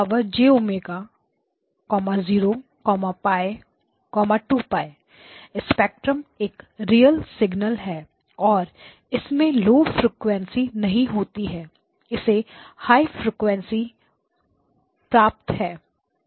X1 e jω 0 π 2 π spectrum एक real signal है और इसमें लौ फ्रीक्वेंसी नहीं होती हैं इसे हाई फ्रीक्वेंसी प्राप्त है